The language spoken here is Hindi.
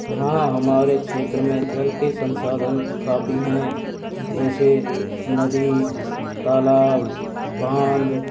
हाँ हमारे क्षेत्र में जल के संसाधन काफ़ी हैं जैसे नदी तालाब बांध